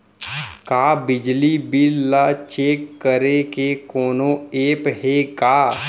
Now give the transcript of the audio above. का बिजली बिल ल चेक करे के कोनो ऐप्प हे का?